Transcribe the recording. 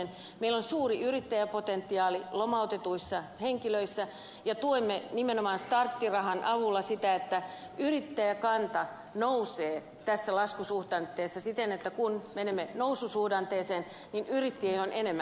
meillä on suuri yrittäjäpotentiaali lomautetuissa henkilöissä ja tuemme nimenomaan starttirahan avulla sitä että yrittäjäkanta nousee tässä laskusuhdanteessa siten että kun menemme noususuhdanteeseen yrittäjiä on enemmän